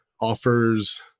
offers